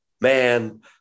man